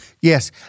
Yes